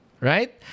right